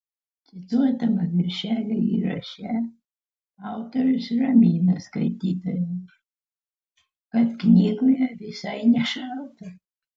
cituotame viršelio įraše autorius ramina skaitytoją kad knygoje visai nešalta